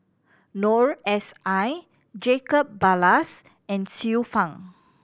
Noor S I Jacob Ballas and Xiu Fang